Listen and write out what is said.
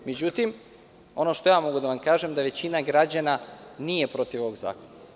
Međutim, ono što ja mogu da vam kažem, to je da većina građana nije protiv ovog zakona.